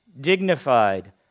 dignified